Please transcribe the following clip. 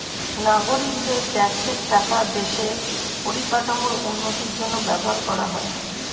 নাগরিকদের ট্যাক্সের টাকা দেশের পরিকাঠামোর উন্নতির জন্য ব্যবহার করা হয়